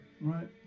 right